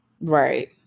Right